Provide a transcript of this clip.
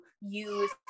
use